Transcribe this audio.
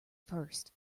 first